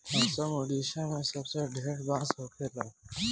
असम, ओडिसा मे सबसे ढेर बांस होखेला